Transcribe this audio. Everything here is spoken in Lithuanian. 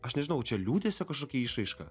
aš nežinau čia liūdesio kažkokia išraiška